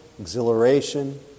exhilaration